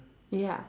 ya